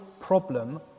problem